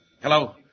Hello